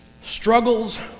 struggles